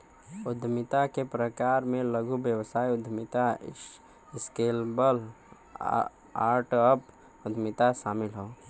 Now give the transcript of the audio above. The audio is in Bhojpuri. उद्यमिता के प्रकार में लघु व्यवसाय उद्यमिता, स्केलेबल स्टार्टअप उद्यमिता शामिल हौ